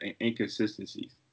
inconsistencies